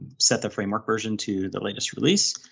set the framework version to the latest release,